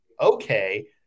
okay